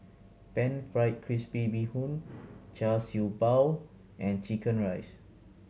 Pan Fried Crispy Bee Hoon Char Siew Bao and chicken rice